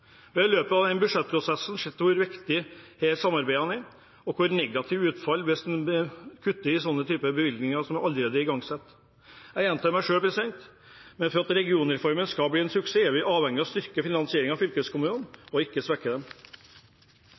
i løpet av denne budsjettprosessen sett hvor viktig samarbeidet er, og hvor negativt utfallet er hvis man kutter i bevilgninger til noe som allerede er igangsatt. Jeg gjentar meg selv: For at regionreformen skal bli en suksess, er vi avhengig av å styrke finansieringen av fylkeskommunene, ikke svekke